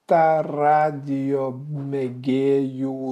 tą radijo mėgėjų